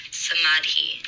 samadhi